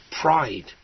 pride